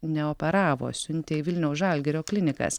neoperavo siuntė į vilniaus žalgirio klinikas